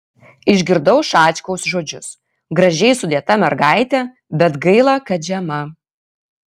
išgirdau šačkaus žodžius gražiai sudėta mergaitė bet gaila kad žema